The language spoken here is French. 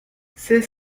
c’est